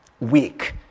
week